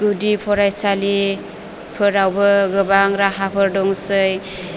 गुदि फरायसालिफोरावबो गोबां राहाफोर दंसै